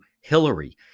Hillary